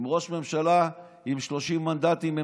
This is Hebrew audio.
עם ראש ממשלה עם 30 מנדטים,